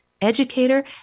educator